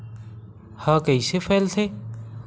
ह कइसे फैलथे?